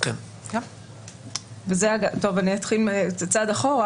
אני אתחיל צעד אחורה.